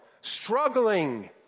struggling